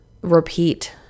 repeat